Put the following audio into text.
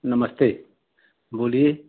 नमस्ते बोलिए